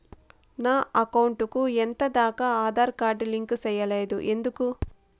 నా అకౌంట్ కు ఎంత దాకా ఆధార్ కార్డు లింకు సేయలేదు ఎందుకు